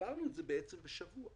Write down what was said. העברנו את זה בעצם בשבוע.